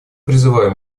призываем